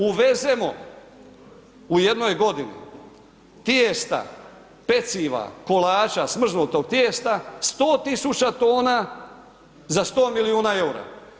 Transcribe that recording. Uvezemo u jednoj godini tijesta, peciva, kolača, smrtnutog tijesta 100 tisuća tona za 100 milijuna eura.